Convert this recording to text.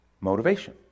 Motivation